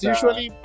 Usually